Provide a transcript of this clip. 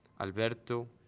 Alberto